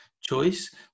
choice